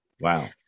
Wow